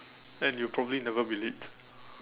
then you'll probably never be late